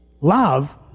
love